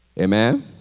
Amen